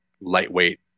lightweight